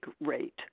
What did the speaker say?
rate